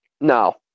No